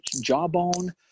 jawbone